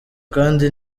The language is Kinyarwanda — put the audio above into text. kandi